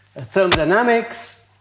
thermodynamics